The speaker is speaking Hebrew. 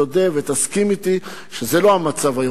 תודה ותסכים אתי שזה לא המצב היום,